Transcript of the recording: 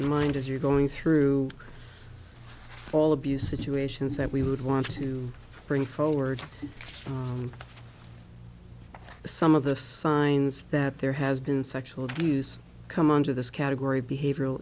in mind as you're going through all abuse situations that we would want to bring forward some of the signs that there has been sexual abuse come under this category behavioral